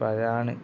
അപ്പോൾ അതാണ്